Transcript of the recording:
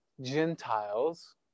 gentiles